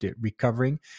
recovering